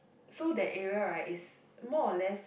so that area right is more or less